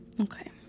Okay